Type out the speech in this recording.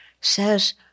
says